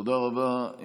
תודה רבה.